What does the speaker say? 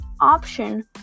option